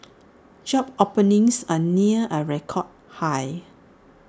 job openings are near A record high